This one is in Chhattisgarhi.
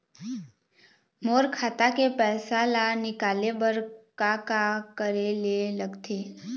मोर खाता के पैसा ला निकाले बर का का करे ले लगथे?